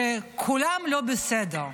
שכולם לא בסדר: